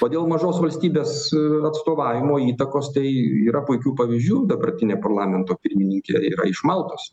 o dėl mažos valstybės atstovavimo įtakos tai yra puikių pavyzdžių dabartinė parlamento pirmininkė yra iš maltos